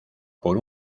por